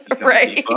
Right